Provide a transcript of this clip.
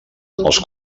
els